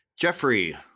Jeffrey